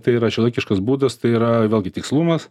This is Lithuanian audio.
tai yra šiuolaikiškas būdas tai yra vėlgi tikslumas